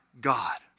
God